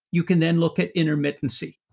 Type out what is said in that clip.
you can then look at intermittency.